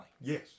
Yes